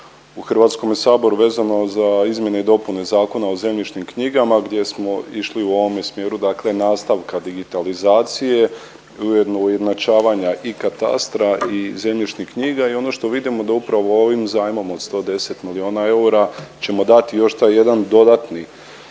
u Hrvatskome saboru vezano za izmjene i dopune Zakona o zemljišnim knjigama gdje smo išli u ovome smjeru dakle nastavka digitalizacije i ujednoujednačavanja i katastra i zemljišnih knjiga i ono što vidimo da upravo ovim zajmom od 110 miliona eura ćemo dati još taj jedan dodatni